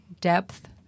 depth